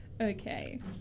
Okay